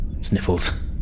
sniffles